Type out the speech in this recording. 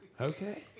Okay